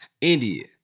India